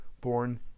born